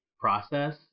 process